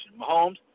Mahomes